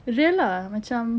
real lah macam